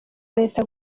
leta